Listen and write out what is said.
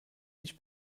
sich